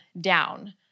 down